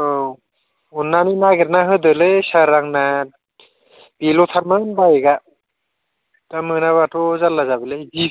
औ अननानै नागिरनानै होदोलै सार आंना बेल'थारमोन बाइकआ दा मोनाबाथ' जारला जाबायलै जिपि